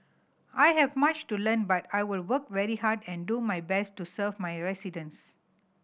I have much to learn but I will work very hard and do my best to serve my residents